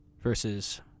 versus